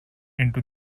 into